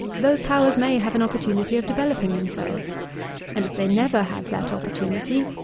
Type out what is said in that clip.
those powers may have an opportunity of developing themselves and if they never have that opportunity,